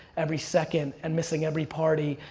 every second, and missing every party.